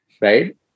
Right